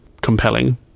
compelling